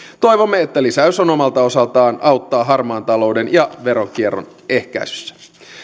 toivomme että lisäys omalta osaltaan auttaa harmaan talouden ja veronkierron ehkäisyssä